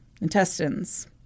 intestines